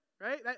Right